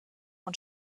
und